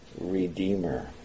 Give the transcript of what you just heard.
Redeemer